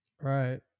right